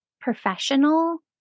professional